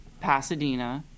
Pasadena